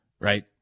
right